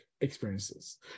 experiences